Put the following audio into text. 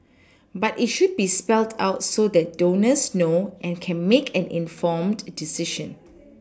but it should be spelled out so that donors know and can make an informed decision